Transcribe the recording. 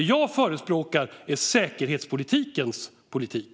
Det jag förespråkar är säkerhetspolitikens politik.